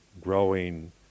growing